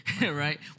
right